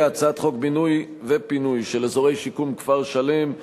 בהצעת חוק בינוי ופינוי של אזורי שיקום (כפר-שלם),